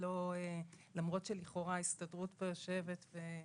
למרות שלכאורה ההסתדרות יושבת פה,